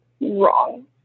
wrong